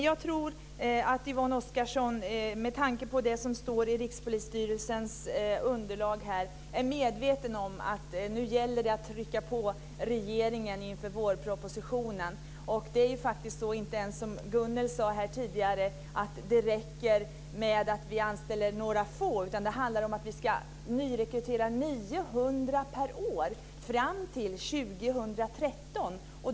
Jag tror att Yvonne Oscarsson med tanke på det som står i Rikspolisstyrelsens underlag är medveten om att det nu gäller att trycka på regeringen inför vårpropositionen. Det är faktiskt, som Gunnel sade tidigare, inte ens så att det räcker att vi anställer några få. Det handlar om att vi ska nyrekrytera 900 per år fram till 2013.